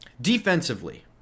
defensively